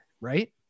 right